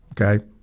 okay